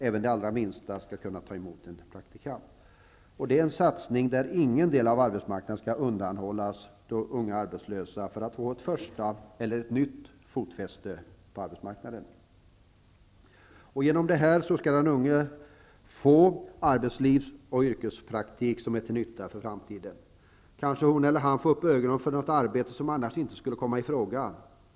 Även de allra minsta skall kunna ta emot en praktikant. Det är en satsning där ingen del av arbetsmarknaden skall undanhållas för att unga arbetslösa skall få ett första eller ett nytt fotfäste i arbetslivet. Genom det här skall den unge få arbetslivs och yrkespraktik som är till nytta för framtiden. Kanske hon eller han får upp ögonen för något arbete som annars inte skulle komma i fråga.